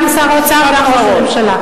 גם שר האוצר וגם ראש הממשלה.